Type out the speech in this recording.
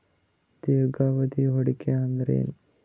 ದೀರ್ಘಾವಧಿ ಹೂಡಿಕೆ ಅಂದ್ರ ಏನು?